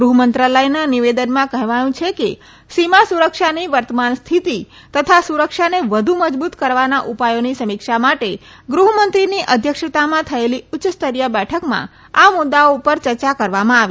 ગૃહ મંત્રાલયના નિવેદનમાં કહેવાયું છે કે સીમા સુરક્ષાની વર્તમાન સ્થિતિ તથા સુરક્ષાને વધુ મજબુત કરવાના ઉપાયોની સમીક્ષા માટે ગૃહ્મંત્રીની અધ્યક્ષતામાં થયેલી ઉચ્ય સ્તરીય બેઠકમાં આ મુદૃઓ ઉપર ચર્ચા કરવામાં આવી